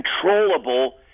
controllable